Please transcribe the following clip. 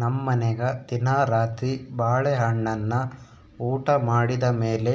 ನಮ್ಮನೆಗ ದಿನಾ ರಾತ್ರಿ ಬಾಳೆಹಣ್ಣನ್ನ ಊಟ ಮಾಡಿದ ಮೇಲೆ